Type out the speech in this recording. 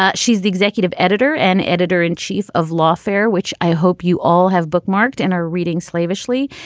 ah she's the executive editor and editor in chief of lawfare, which i hope you all have bookmarked and are reading slavishly.